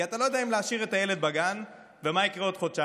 כי אתה לא יודע אם להשאיר את הילד בגן ומה יקרה עוד חודשיים.